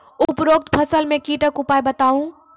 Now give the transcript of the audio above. उपरोक्त फसल मे कीटक उपाय बताऊ?